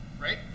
right